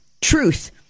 truth